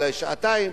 אולי שעתיים,